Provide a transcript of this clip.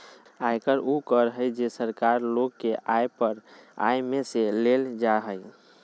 आयकर उ कर हइ जे सरकार लोग के आय पर आय में से लेल जा हइ